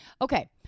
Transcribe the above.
Okay